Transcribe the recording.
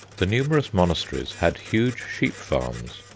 the numerous monasteries had huge sheep-farms.